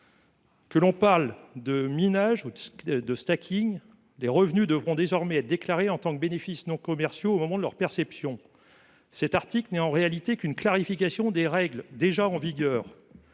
Qu’il s’agisse de minage ou de, les revenus devront désormais être déclarés en tant que bénéfices non commerciaux au moment de leur perception. Cet article est en réalité une simple clarification des règles déjà en vigueur.